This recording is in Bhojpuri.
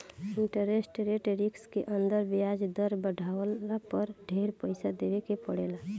इंटरेस्ट रेट रिस्क के अंदर ब्याज दर बाढ़ला पर ढेर पइसा देवे के पड़ेला